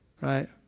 right